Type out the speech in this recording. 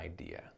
idea